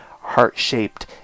heart-shaped